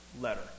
letter